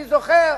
אני זוכר